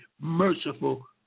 merciful